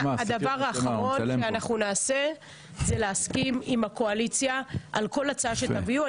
הדבר האחרון שאנחנו נעשה זה להסכים עם הקואליציה על כל הצעה שתביאו.